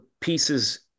pieces